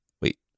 Wait